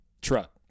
truck